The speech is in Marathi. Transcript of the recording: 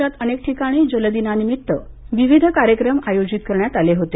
राज्यात अनेक ठिकाणी जलदिना निमित्त विविध कार्यक्रम आयोजित करण्यात आले होते